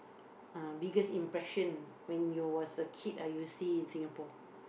uh biggest impression when you was a kid ah you see in Singapore